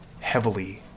heavily